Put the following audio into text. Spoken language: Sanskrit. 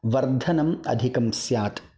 वर्धनम् अधिकं स्यात्